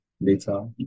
later